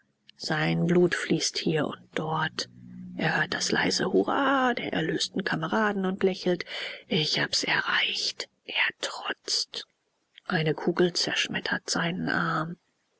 sein blut fließt hier und dort er hört das leise hurra der erlösten kameraden und lächelt ich hab's erreicht ertrotzt eine kugel zerschmettert seinen arm